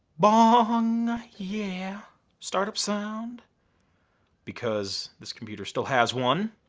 bong, yeah start up sound because this computer still has one,